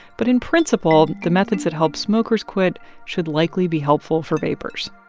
but in principle, the methods that help smokers quit should likely be helpful for vapers